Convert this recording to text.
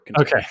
Okay